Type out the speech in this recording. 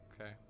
Okay